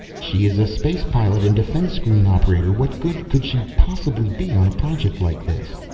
she is a space pilot and defense-screen operator, what good could she possibly be on a project like this?